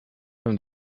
from